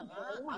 קרה,